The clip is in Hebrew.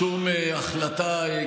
כל מוסלמי אמיתי שקורא קוראן יגיד לך את זה.